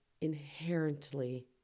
inherently